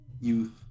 youth